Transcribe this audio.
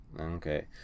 Okay